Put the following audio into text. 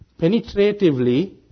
penetratively